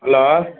hello